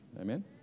Amen